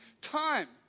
time